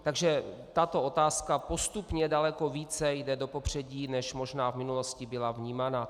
Takže tato otázka postupně daleko více jde do popředí, než byla možná v minulosti vnímána.